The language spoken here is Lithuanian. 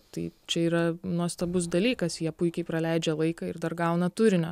tai čia yra nuostabus dalykas jie puikiai praleidžia laiką ir dar gauna turinio